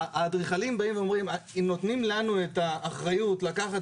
האדריכלים באים ואומרים: אם נותנים לנו את האחריות לקחת